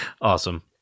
Awesome